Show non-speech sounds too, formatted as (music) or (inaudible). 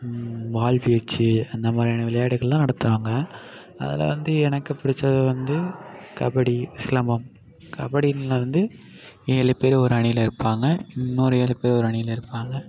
வாள் வீச்சு அந்தமாதிரியான விளையாட்டுகள்லாம் நடத்துவாங்க அதில் வந்து எனக்கு பிடிச்சது வந்து கபடி சிலம்பம் கபடி (unintelligible) வந்து ஏழு பேரு ஒரு அணியில் இருப்பாங்க இன்னொரு ஏழு பேரு ஒரு அணியில் இருப்பாங்க